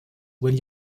when